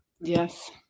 Yes